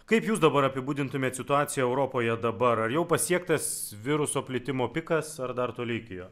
kaip jūs dabar apibūdintumėt situaciją europoje dabar ar jau pasiektas viruso plitimo pikas ar dar toli iki jo